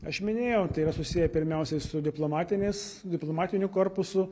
aš minėjau tai yra susiję pirmiausiai su diplomatinės diplomatiniu korpusu